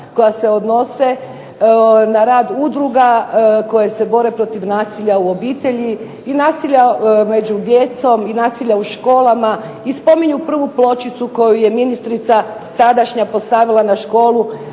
koja se odnose na rad udruga koje se bore protiv nasilja u obitelji i nasilja među djecom i nasilja u školama i spominju prvu pločicu koju je ministrica, tadašnja, postavila na školu